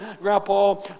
Grandpa